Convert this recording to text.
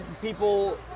people